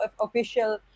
official